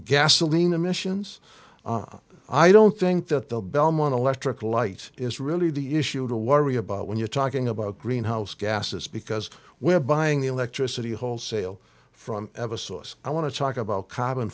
gasoline emissions i don't think that the belmont electric light is really the issue to worry about when you're talking about greenhouse gases because we're buying the electricity wholesale from ever source i want to talk about c